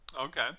Okay